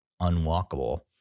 unwalkable